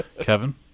Kevin